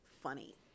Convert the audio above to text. funny